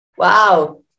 Wow